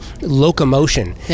locomotion